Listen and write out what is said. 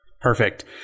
Perfect